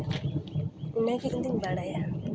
ᱤᱱᱟᱹᱜᱮ ᱤᱧ ᱫᱩᱧ ᱵᱟᱲᱟᱭᱟ